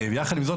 יחד עם זאת,